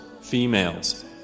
females